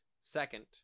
second